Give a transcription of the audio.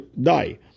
die